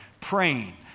Praying